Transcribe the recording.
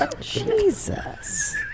Jesus